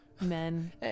Men